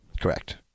Correct